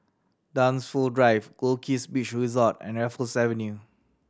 Dunsfold Drive Goldkist Beach Resort and Raffles Avenue